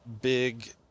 big